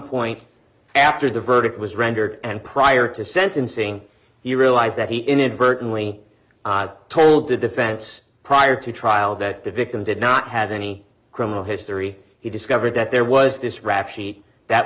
point after the verdict was rendered and prior to sentencing he realized that he inadvertently told the defense prior to trial that the victim did not have any criminal history he discovered that there was this rap sheet that